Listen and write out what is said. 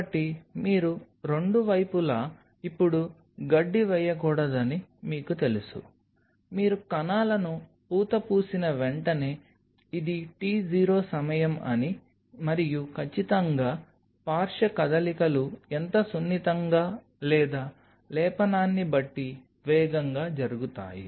కాబట్టి మీరు రెండు వైపులా ఇప్పుడు గడ్డి వేయకూడదని మీకు తెలుసు మీరు కణాలను పూత పూసిన వెంటనే ఇది T 0 సమయం అని మరియు ఖచ్చితంగా పార్శ్వ కదలికలు ఎంత సున్నితంగా లేదా లేపనాన్ని బట్టి వేగంగా జరుగుతాయి